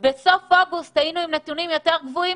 שבסוף אוגוסט היינו נתונים עם יותר גבוהים.